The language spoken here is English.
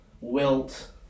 Wilt